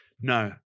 No